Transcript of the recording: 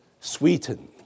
sweetened